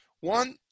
One